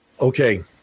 Okay